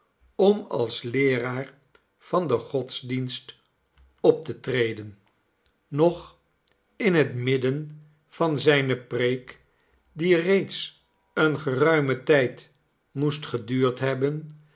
om als leeraar van den godsdienst op te treden nog in het midden van zijne preek die reeds een geruimen tijd moest geduurd hebben